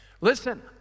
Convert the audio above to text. listen